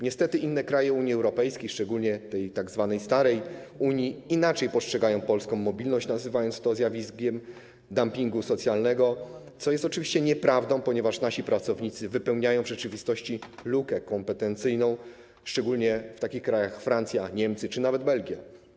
Niestety inne kraje Unii Europejskiej, szczególnie tej tzw. starej Unii, inaczej postrzegają polską mobilność, nazywając to zjawiskiem dumpingu socjalnego, co jest oczywiście nieprawdą, ponieważ nasi pracownicy wypełniają w rzeczywistości lukę kompetencyjną, szczególnie w takich krajach jak Francja, Niemcy czy nawet Belgia.